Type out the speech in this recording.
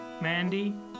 Mandy